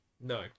No